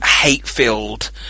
hate-filled